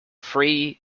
free